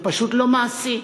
זה פשוט לא מעשי.